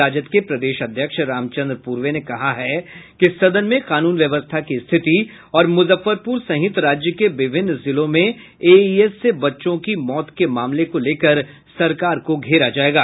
राजद के प्रदेश अध्यक्ष रामचंद्र पूर्वे ने कहा है कि सदन में कानून व्यवस्था की स्थिति और मुजफ्फरपूर सहित राज्य के विभिन्न जिलों में एईएस से बच्चों की मौत के मामले को लेकर सरकार को घेरा जायेग